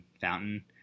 Fountain